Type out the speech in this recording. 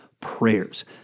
prayers